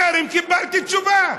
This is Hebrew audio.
טרם קיבלתי תשובה.